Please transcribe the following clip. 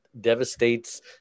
devastates